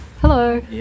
Hello